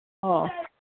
ꯑꯣ